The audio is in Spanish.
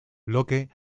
locke